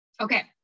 Okay